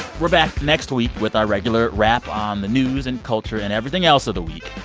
we're back next week with our regular wrap on the news and culture and everything else of the week.